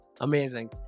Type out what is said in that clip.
amazing